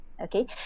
Okay